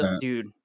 dude